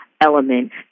element